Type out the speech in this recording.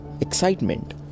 Excitement